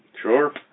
Sure